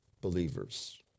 believers